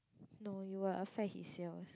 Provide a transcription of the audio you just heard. no you will affect his sales